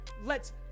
lets